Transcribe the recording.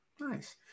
Nice